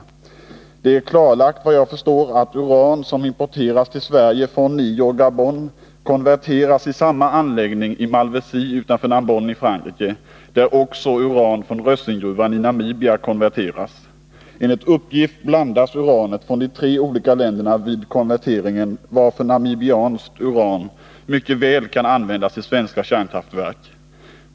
Såvitt jag förstår är det klarlagt att uran som importeras till Sverige från Niger och Gabon konverteras i samma anläggning i Malvézy utanför Narbonne i Frankrike där också uran från Rössinggruvan i Namibia konverteras. Enligt uppgift blandas uranet från de tre olika länderna vid konverteringen, varför namibiskt uran mycket väl kan tänkas bli använt i svenska kärnkraftverk.